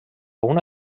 una